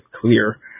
clear